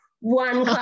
one